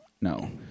no